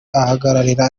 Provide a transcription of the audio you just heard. ahagarara